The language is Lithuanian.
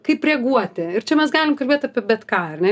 kaip reaguoti ir čia mes galim kalbėt apie bet ką ar ne